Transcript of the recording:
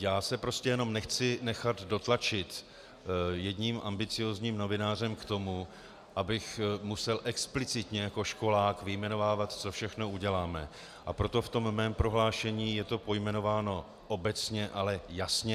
Já se prostě jenom nechci nechat dotlačit jedním ambiciózním novinářem k tomu, abych musel explicitně jako školák vyjmenovávat, co všechno uděláme, a proto v tom mém prohlášení je to pojmenováno obecně, ale jasně.